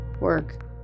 work